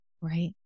Right